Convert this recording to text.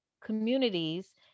communities